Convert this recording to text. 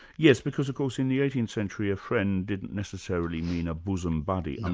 yes, because, of course in the eighteenth century a friend didn't necessarily mean a bosom buddy. and